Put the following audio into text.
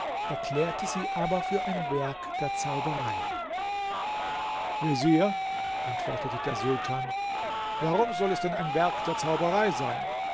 erklärte sie aber für ein werk der zauberei vezier antwortete der sultan warum soll es denn ein werk der zauberei sein